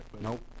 Nope